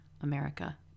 America